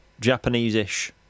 Japanese-ish